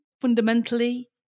fundamentally